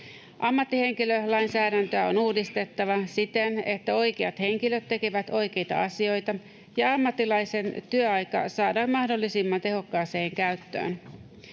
Ammattihenkilölainsäädäntöä on uudistettava siten, että oikeat henkilöt tekevät oikeita asioita ja ammattilaisen työaika saadaan mahdollisimman tehokkaaseen käyttöön.